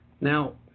Now